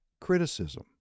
criticism